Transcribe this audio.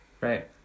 Right